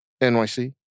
NYC